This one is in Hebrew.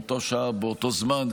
באותה שעה ובאותו זמן,